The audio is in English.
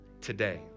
today